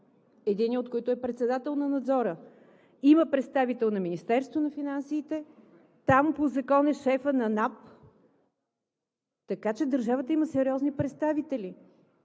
единият от които е председател на Надзора, има представител на Министерството на финансите, там по Закон е шефът на НАП, така че държавата има сериозни представители.